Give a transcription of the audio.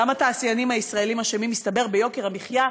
גם התעשיינים הישראלים אשמים, מסתבר, ביוקר המחיה.